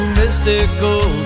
mystical